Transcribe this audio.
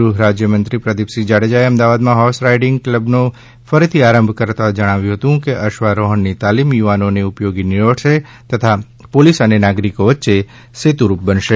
ગૃહરાજ્યમંત્રી પ્રદીપસિંહ જાડેજાએ અમદાવાદમાં હોર્સ રાઈડીંગ ક્લબનો ફરીથી આરંભ કરાવતા જણાવ્યું હતું કે અશ્વારોહણની તાલીમ યુવાનોને ઉપયોગી નીવડશે તથા પોલીસ અને નાગરિકો વચ્ચે સેતુરૂપ બનશે